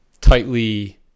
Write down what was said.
tightly